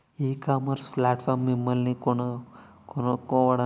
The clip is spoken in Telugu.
ఈ ఇకామర్స్ ప్లాట్ఫారమ్ మిమ్మల్ని కనుగొనడంలో కస్టమర్లకు సహాయపడుతుందా?